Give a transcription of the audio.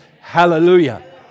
Hallelujah